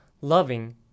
loving